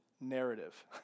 narrative